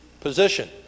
position